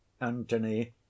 Antony